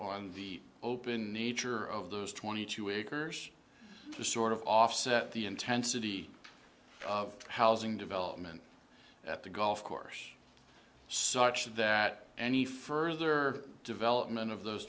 on the open nature of those twenty two acres to sort of offset the intensity of housing development at the golf course such that any further development of those